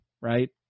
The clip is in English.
right